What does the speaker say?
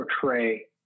portray